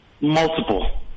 multiple